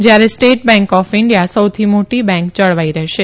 જ્યારે state bank of India સૌથી મોટી બેન્ક જળવાઈ રહેશે